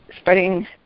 spreading